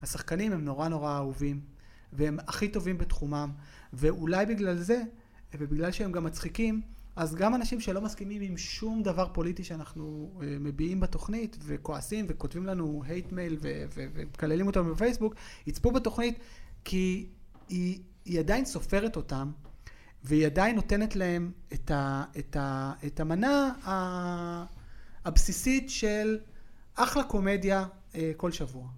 השחקנים הם נורא נורא אהובים, והם הכי טובים בתחומם. ואולי בגלל זה, ובגלל שהם גם מצחיקים, אז גם אנשים שלא מסכימים עם שום דבר פוליטי שאנחנו מביעים בתוכנית, וכועסים וכותבים לנו הייט מייל ומקללים אותנו בפייסבוק, יצפו בתוכנית, כי היא עדיין סופרת אותם והיא עדיין נותנת להם את המנה הבסיסית של אחלה קומדיה כל שבוע.